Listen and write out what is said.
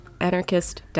anarchist